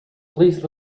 please